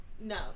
No